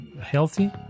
healthy